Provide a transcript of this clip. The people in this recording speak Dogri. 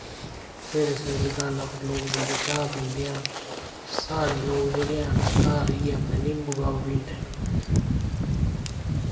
सवेरे सवेरे दुकान पर लोक जाइयै चाह् पींदे न साढ़े लोक जेह्ड़े हैन घर ही अपने निम्बू कावा पींदे न